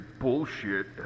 bullshit